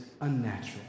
unnatural